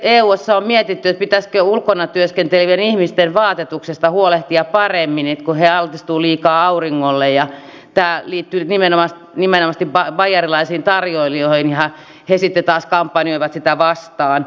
eussa on mietitty pitäisikö ulkona työskentelevien ihmisten vaatetuksesta huolehtia paremmin kun he altistuvat liikaa auringolle ja tämä liittyy nyt nimenomaisesti baijerilaisiin tarjoilijoihin ja he sitten taas kampanjoivat sitä vastaan